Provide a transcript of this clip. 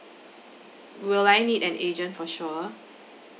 will I need an agent for sure